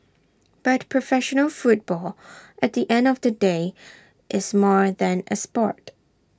but professional football at the end of the day is more than A Sport